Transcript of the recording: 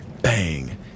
bang